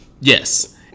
Yes